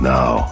Now